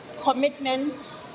commitment